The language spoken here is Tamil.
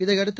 இதையடுத்து